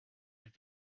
have